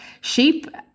sheep